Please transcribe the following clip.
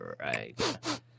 Right